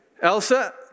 Elsa